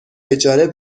اجاره